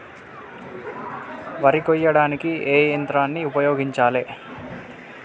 వరి కొయ్యడానికి ఏ యంత్రాన్ని ఉపయోగించాలే?